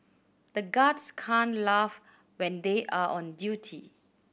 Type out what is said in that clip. the guards can't laugh when they are on duty